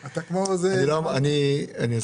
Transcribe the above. הרי התורה אומרת את כל הבנים במצרים זורקים